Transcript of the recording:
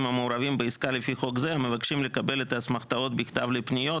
המעורבים בעסקה לפי חוק זה המבקשים לקבל האסמכתאות בכתב לפניות,